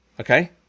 Okay